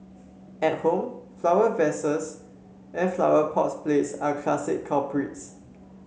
at home flower vases and flower pot plates are classic culprits